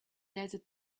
desert